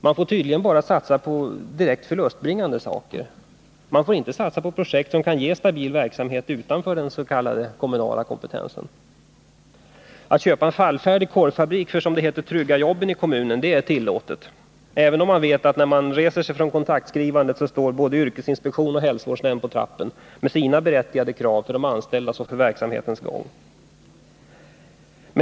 Man får tydligen bara satsa på direkt förlustbringande saker. Det går inte att satsa på projekt som ger stabil verksamhet utanför den s.k. kommunala kompetensen. Att köpa en fallfärdig korvfabrik för att, som det heter, trygga jobben i kommunen är tillåtet, även om man vet, att när man reser sig från kontraktsskrivandet, står både yrkesinspektion och hälsovårdsnämnd på trappan med sina berättigade krav när det gäller de anställda och verksamhetens gång.